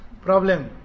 problem